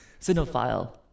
Cinophile